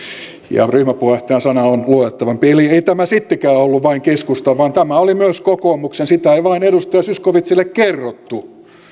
ja ryhmäpuheenjohtajan sana on luotettavampi eli ei tämä sittenkään ollut vain keskustan vaan tämä oli myös kokoomuksen sitä vain ei edustaja zyskowiczille kerrottu